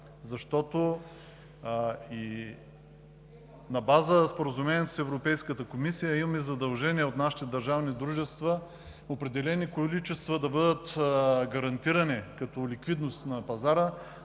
пазарна. На база споразуменията с Европейската комисия имаме задължение за нашите държавни дружества, с определени количества да гарантират ликвидност на пазара.